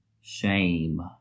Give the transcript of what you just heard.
shame